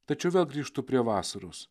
tačiau vėl grįžtu prie vasaros